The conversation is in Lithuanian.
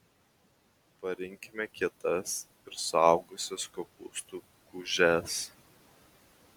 parinkime kietas ir suaugusias kopūstų gūžes